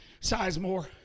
Sizemore